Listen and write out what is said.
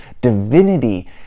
Divinity